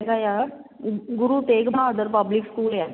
ਹੈਗਾ ਆ Guru Tegh Bahadur public school ਹੈ